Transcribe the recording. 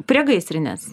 prie gaisrinės